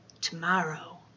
tomorrow